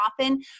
often